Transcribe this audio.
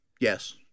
Yes